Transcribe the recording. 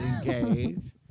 engaged